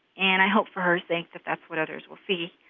and i hope, for her sake, that that's what others will see,